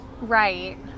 Right